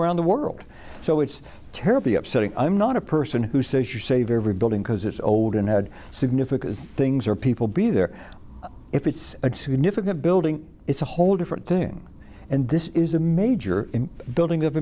around the world so it's terribly upsetting i'm not a person who says you save every building because it's old and had significant things or people be there if it's a significant building it's a whole different thing and this is a major building of